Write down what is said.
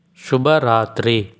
ಶುಭ ರಾತ್ರಿ